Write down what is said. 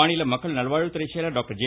மாநில மக்கள் நல்வாழ்வுத்துறை செயலர் டாக்டர் ஜே